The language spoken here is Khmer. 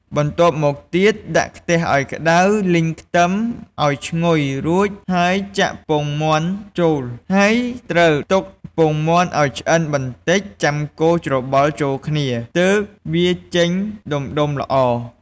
បន្ទាប់មកទៀតដាក់ខ្ទះឱ្យក្តៅ លីងខ្ទឹមឱ្យឈ្ងុយរួចហើយចាក់ពងមាន់ចូល ហើយ ត្រូវទុកពងមាន់ឱ្យឆ្អិនបន្តិចចាំកូរច្របល់ចូលគ្នា ទើបវាចេញដុំៗល្អ។